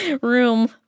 room